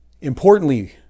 Importantly